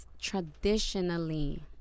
traditionally